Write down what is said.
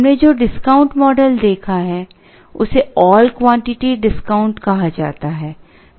हमने जो discount model देखा है उसे ऑल क्वांटिटी डिस्काउंट कहा जाता है